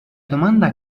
domanda